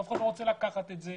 אף אחד לא רוצה לקחת את זה,